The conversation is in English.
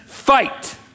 Fight